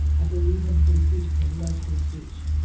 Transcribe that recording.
i believe in free speech. i love free speech.